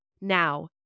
Now